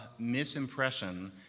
misimpression